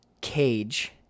cage